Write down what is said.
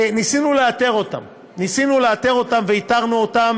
ניסינו לאתר אותם, ואיתרנו אותם.